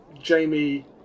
Jamie